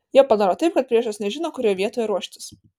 jie padaro taip kad priešas nežino kurioje vietoj ruoštis